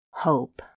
Hope